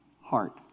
heart